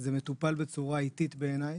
זה מטופל בצורה איטית, בעיניי.